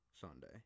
Sunday